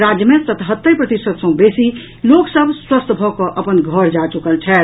राज्य मे सतहत्तरि प्रतिशत सँ बेसी लोक स्वस्थ भऽ कऽ अपन घर जा चुकल छथि